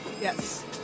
Yes